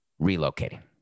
relocating